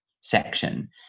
section